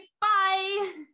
bye